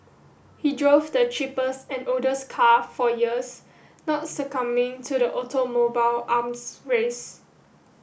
he drove the cheapest and oldest car for years not succumbing to the automobile arms race